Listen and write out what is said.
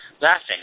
Laughing